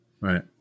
Right